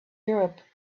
europe